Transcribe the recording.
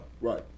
Right